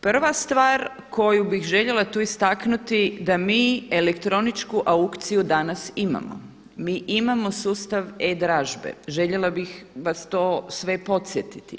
Prva stvar koju bih željela tu istaknuti da mi elektroničku aukciju danas imamo, mi imamo sustav e-dražbe, željela bih vas to sve podsjetiti.